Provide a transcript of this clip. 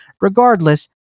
regardless